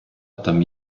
там